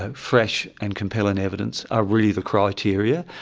ah fresh and compelling evidence, are really the criteria,